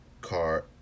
car